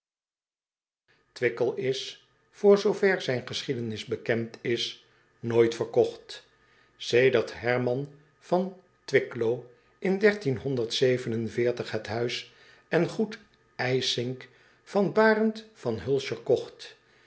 wickel is voor zoover zijn geschiedenis bekend is nooit verkocht sedert erman van wicklo in het huis en goed i s i n k van arend van ulsger kocht